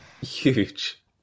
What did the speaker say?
Huge